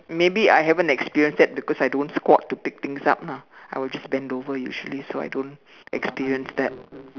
maybe I haven't experienced that because I don't squat to pick things up lah I will just bend over usually so I don't experience that